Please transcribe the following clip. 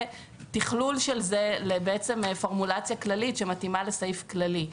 ותכלול של זה לפורמולציה כללית שמתאימה לסעיף כללי.